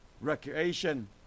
recreation